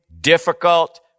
difficult